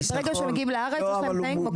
ברגע שהם מגיעים לארץ יש להם תנאים,